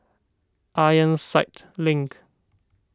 Ironside Link